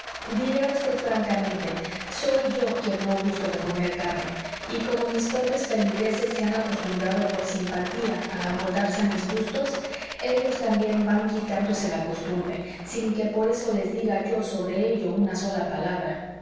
diré a vd francamente soy yo quien no gusto de comer carne y como mis pobres feligreses se han acostumbrado por simpatía a amoldarse a mis gustos ellos también van quitándose la costumbre sin que por eso les diga yo sobre ello una sola palabra